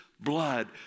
blood